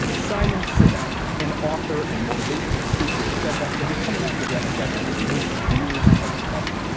simon sinek, an author and motivational speaker, said that to become an academic expert takes years of studying.